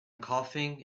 coughing